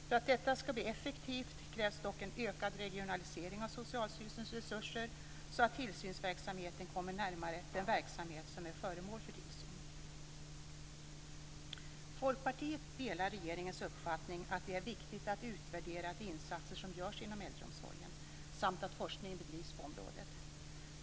För att detta skall bli effektivt krävs dock en ökad regionalisering av Socialstyrelsens resurser så att tillsynsverksamheten kommer närmare den verksamhet som är föremål för tillsyn. Folkpartiet delar regeringens uppfattning att det är viktigt att utvärdera de insatser som görs inom äldreomsorgen samt att forskning bedrivs på området.